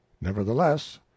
nevertheless